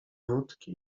wódki